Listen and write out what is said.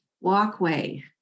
walkway